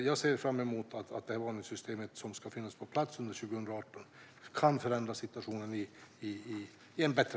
Jag ser fram emot att det här varningssystemet som ska finnas på plats under 2018 kan förändra situationen till det bättre.